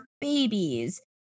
babies